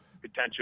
potential